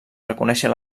reconèixer